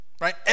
Right